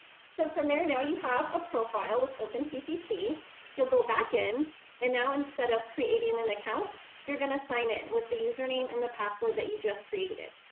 so from there now you have a profile of open ccc yyu'll go back in and now instead of creating an account you're gonna sign it with the username and the password that you just created.